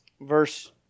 verse